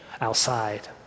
outside